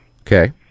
Okay